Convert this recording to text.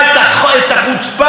אתם שומעים את זה?